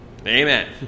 Amen